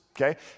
okay